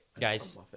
guys